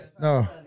No